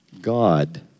God